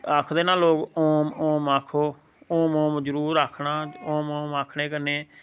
आखदे नां लोग ओम ओम आक्खो ओम ओम जरूर आक्खना ओम ओम आक्खने कन्नै